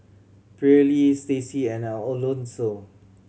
Pearly Staci and Alonso